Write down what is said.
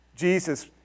Jesus